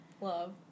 Love